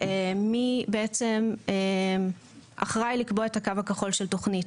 מי בעצם אחראי לקבוע את הקו הכחול של תוכנית,